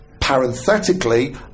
parenthetically